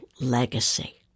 legacy